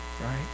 right